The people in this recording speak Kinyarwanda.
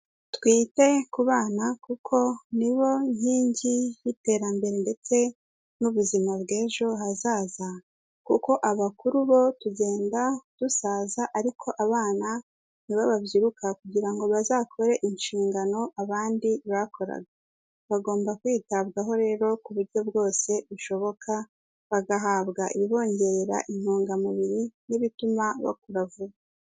Twite ku bana kuko ni bo nkingi y'iterambere ndetse n'ubuzima bw'ejo hazaza, kuko abakuru bo tugenda dusaza ariko abana nibo babyiruka kugira ngo bazakore inshingano abandi bakoraga. Bagomba kwitabwaho rero ku buryo bwose bishoboka bagahabwa ibibongerera intungamubiri n'ibituma bakura vuba.